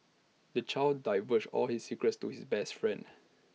the child divulged all his secrets to his best friend